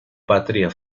patria